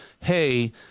hey